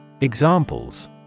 Examples